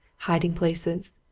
hiding-places,